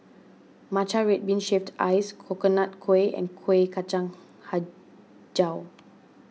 Matcha Red Bean Shaved Ice Coconut Kuih and Kueh Kacang HiJau